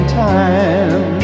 time